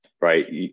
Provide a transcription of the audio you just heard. right